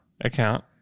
Account